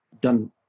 done